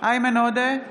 איימן עודה,